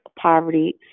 poverty